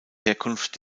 herkunft